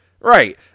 Right